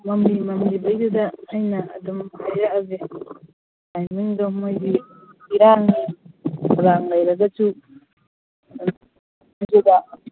ꯃꯝꯂꯤ ꯃꯝꯂꯤꯕꯩꯗꯨꯗ ꯑꯩꯅ ꯑꯗꯨꯝ ꯍꯥꯏꯔꯛꯑꯒꯦ ꯇꯥꯏꯃꯤꯡꯗꯣ ꯃꯣꯏꯒꯤ ꯏꯔꯥꯡꯒꯤ ꯄ꯭ꯔꯣꯒ꯭ꯔꯥꯝ ꯂꯩꯔꯒꯁꯨ ꯑꯗꯨꯒ